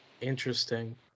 interesting